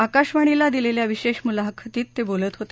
आकाशवाणीला दिलेल्या विशेष मुलाखतीत ते बोलत होते